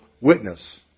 witness